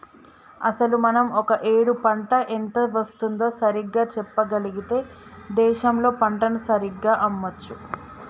అసలు మనం ఒక ఏడు పంట ఎంత వేస్తుందో సరిగ్గా చెప్పగలిగితే దేశంలో పంటను సరిగ్గా అమ్మొచ్చు